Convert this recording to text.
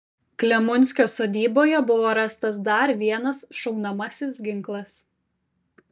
klemunskio sodyboje buvo rastas dar vienas šaunamasis ginklas